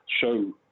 show